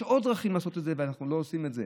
יש עוד דרכים לעשות את זה, ואנחנו לא עושים את זה.